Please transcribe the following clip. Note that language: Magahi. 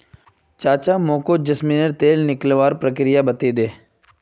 चाचा मोको जैस्मिनेर तेल निकलवार प्रक्रिया बतइ दे